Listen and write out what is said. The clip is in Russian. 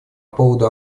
поводу